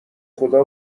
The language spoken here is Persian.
خدا